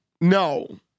no